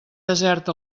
desert